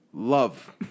Love